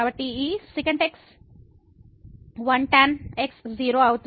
కాబట్టి ఈ sec x 1 tan x 0 అవుతుంది